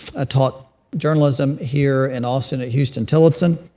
ah taught journalism here in austin at huston-tillotson,